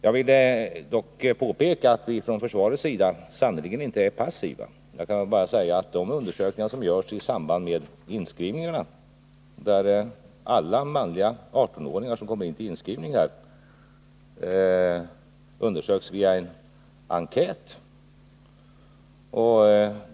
Jag vill dock påpeka att vi från försvarets sida sannerligen inte är passiva. Alla manliga 18-åringar som kommer till inskrivningarna undersöks i detta avseende via en enkät.